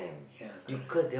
ya correct